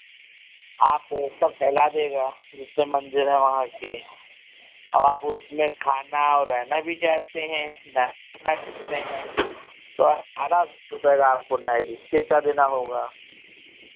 आपको वो सब टहला देगा जितने मन्दिर है वहाँ के और आप उसमें खाना और रहना भी चाहते हैं चाहते हैं तो अठारह सौ रुपये आपको नाइट स्टे का देना होगा